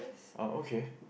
ah okay